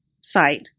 site